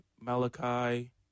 Malachi